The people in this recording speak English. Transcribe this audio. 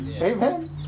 amen